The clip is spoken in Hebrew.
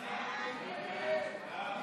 הצעת סיעת יש עתיד-תל"ם להביע